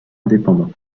indépendant